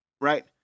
right